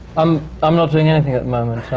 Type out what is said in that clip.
um i'm not doing anything at the moment.